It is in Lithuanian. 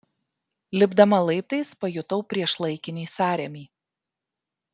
lipdama laiptais pajutau priešlaikinį sąrėmį